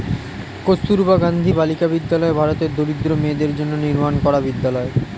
কস্তুরবা গান্ধী বালিকা বিদ্যালয় ভারতের দরিদ্র মেয়েদের জন্য নির্মাণ করা বিদ্যালয়